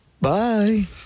Bye